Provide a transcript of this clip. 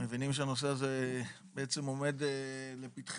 מבינים שהנושא הזה עומד לפתחנו,